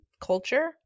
culture